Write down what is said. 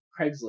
Craigslist